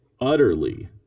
utterly